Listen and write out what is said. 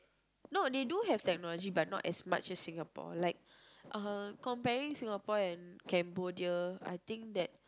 no they do have technology but not as much as Singapore like uh comparing Singapore and Cambodia I think that